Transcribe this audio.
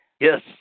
Yes